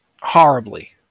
horribly